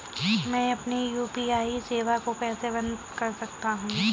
मैं अपनी यू.पी.आई सेवा को कैसे बंद कर सकता हूँ?